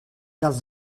dels